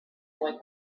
boy